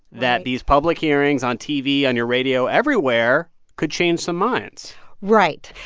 that these public hearings on tv, on your radio everywhere could change some minds right.